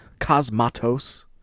Cosmatos